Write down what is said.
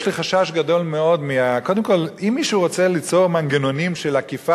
יש לי חשש גדול מאוד שמישהו רוצה ליצור מנגנונים של אכיפה